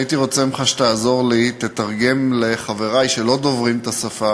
הייתי רוצה שתעזור לי: תתרגם לחברי שלא דוברים את השפה